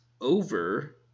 over